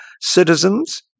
citizens